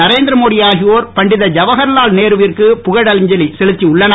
நரேந்திர மோடி ஆகியோர் பண்டித ஜவகர்லால் நேருவிற்கு புகழஞ்சலி செலுத்தி உள்ளனர்